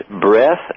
breath